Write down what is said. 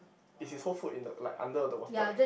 is his whole foot in the like under the water